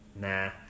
Nah